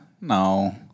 No